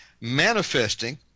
manifesting